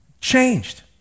changed